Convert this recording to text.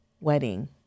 wedding